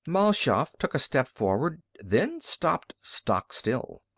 mal shaff took a step forward, then stopped stock-still.